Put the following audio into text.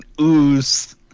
ooze